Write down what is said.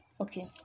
Okay